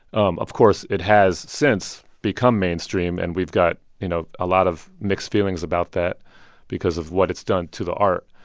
um of course, it has since become mainstream, and we've got, you know, a lot of mixed feelings about that because of what it's done to the art.